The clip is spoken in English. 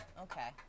Okay